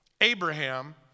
Abraham